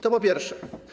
To po pierwsze.